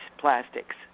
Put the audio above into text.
plastics